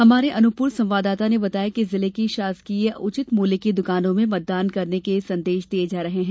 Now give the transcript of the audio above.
हमारे अनूपपुर संवाददाता ने बताया कि जिले की शासकीय उचित मूल्य की दुकानों में मतदान करने के संदेश दिये जा रहे हैं